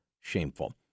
Shameful